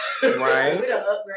Right